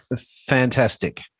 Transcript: Fantastic